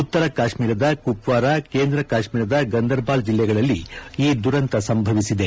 ಉತ್ತರ ಕಾಶ್ಮೀರ ಕುಪ್ವಾರ ಕೇಂದ್ರ ಕಾಶ್ಮೀರದ ಗಂದರಬಾಲ್ ಜಿಲ್ಲೆಗಳಲ್ಲಿ ಈ ದುರಂತ ಸಂಭವಿಸಿದೆ